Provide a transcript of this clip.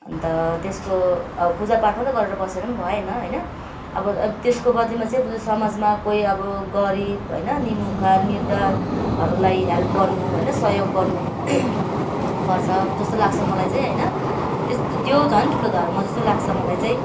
अन्त त्यसको अब पूजा पाठ मात्रै गरेर बसेर पनि भएन होइन अब अलिक त्यसको बदलीमा चाहिँ समाजमा कोही अब गरिब होइन निमुखा निर्धाहरूलाई हेल्प गर्नु होइन सहयोग गर्नु पर्छ जस्तो लाग्छ मलाई चाहिँ होइन त्यस्तो त्यो झन् ठुलो धर्म जस्तो लाग्छ मलाई चाहिँ